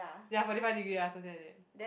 ya forty five degree ah something like that